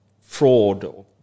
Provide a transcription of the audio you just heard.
fraud